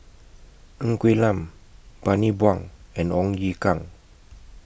Ng Quee Lam Bani Buang and Ong Ye Kung